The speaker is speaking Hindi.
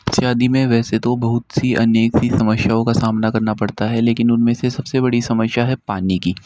शादी में वैसे तो बहुत सी अनेक सी समस्याओं का सामना करना पड़ता है लेकिन उनमें से सबसे बड़ी समस्या है पानी की